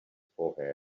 forehead